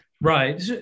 Right